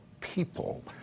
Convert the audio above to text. people